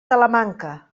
talamanca